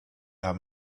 haben